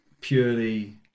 purely